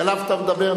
שעליו אתה מדבר,